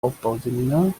aufbauseminar